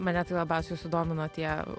mane tai labiausiai sudomino tie